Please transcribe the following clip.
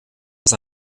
aus